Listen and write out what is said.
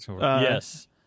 Yes